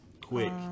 quick